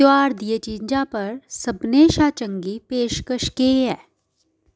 ध्यार दियें चीजें पर सभनें शा चंगी पेशकश केह् ऐ